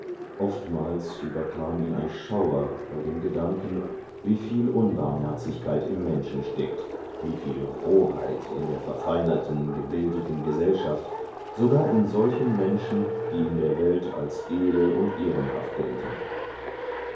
oftmals überkam ihn ein schauer bei dem gedanken wieviel unbarmherzigkeit im menschen steckt wieviel roheit in der verfeinerten gebildeten gesellschaft sogar in solchen menschen die in der welt als edel und ehrenhaft gelten